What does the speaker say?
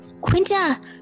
Quinta